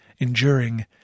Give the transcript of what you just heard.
enduring